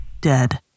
dead